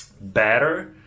better